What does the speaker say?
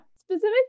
Specific